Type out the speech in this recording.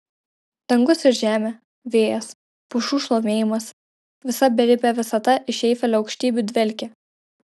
dangus ir žemė vėjas pušų šlamėjimas visa beribė visata iš eifelio aukštybių dvelkė